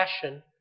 passion